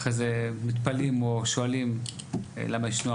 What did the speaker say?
אחרי זה מתפלאים או שואלם למה יש נוער